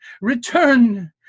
return